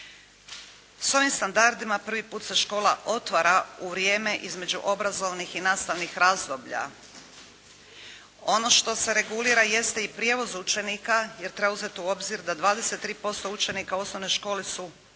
S ovim standardima, prvi put se škola otvara u vrijeme između obrazovnih i nastavnih razdoblja. Ono što se regulira jeste i prijevoz učenika, jer treba uzeti u obzir da 23% učenika u osnovnoj školi su putnici.